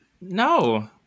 No